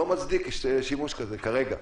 לא מצדיק שימוש כזה כרגע.